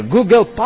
Google